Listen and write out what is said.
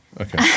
okay